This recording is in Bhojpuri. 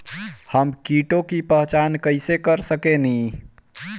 हम कीटों की पहचान कईसे कर सकेनी?